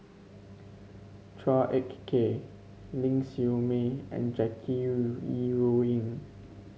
Chua Ek Kay Ling Siew May and Jackie Yi Ru Ying